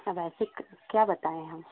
अब ऐसे क्या बताएँ हम